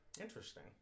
Interesting